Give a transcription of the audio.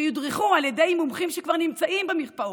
שיודרכו על ידי מומחים שכבר נמצאים במרפאות.